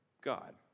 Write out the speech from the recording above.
God